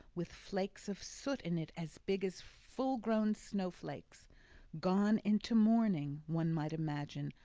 with flakes of soot in it as big as full-grown snowflakes gone into mourning, one might imagine,